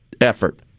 effort